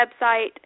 website